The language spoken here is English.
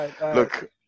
look